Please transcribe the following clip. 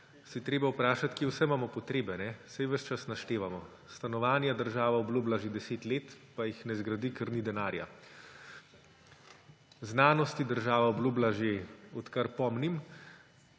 je treba vprašati, kje vse imamo potrebe. Saj ves čas naštevamo: stanovanja država obljublja že 10 let, pa jih ne zgradi, ker ni denarja; znanosti država obljublja, že odkar pomnim,